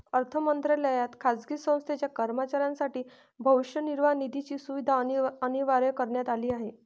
अर्थ मंत्रालयात खाजगी संस्थेच्या कर्मचाऱ्यांसाठी भविष्य निर्वाह निधीची सुविधा अनिवार्य करण्यात आली आहे